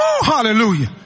hallelujah